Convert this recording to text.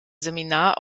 seminar